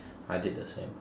I did the same